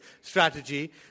strategy